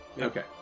Okay